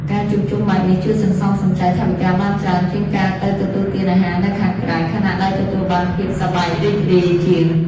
ការជួបជុំបែបនេះជួយសន្សំសំចៃថវិកាបានច្រើនជាងការទៅទទួលទានអាហារនៅខាងក្រៅ ខណៈដែលទទួលបានភាពសប្បាយរីករាយជាង។